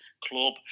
club